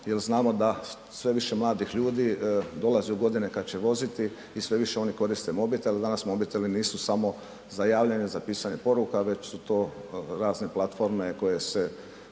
jer znamo da sve više mladih ljudi dolazi u godine kada će voziti i sve više oni koriste mobitel, danas mobiteli nisu samo za javljanje, za pisanje poruka već su to razne platforme koje se